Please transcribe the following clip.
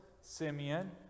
Simeon